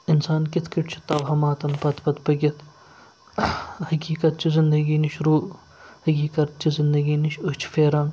اِنسان کِتھ کٔنۍ چھُ تَلاماتَن پَتہٕ پَتہٕ پٔکِتھ حقیٖقت چہِ زِندگی نِش روٗ حقیٖقت چھِ زِندگی نِش أچھ پھیران